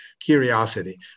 Curiosity